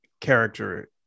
character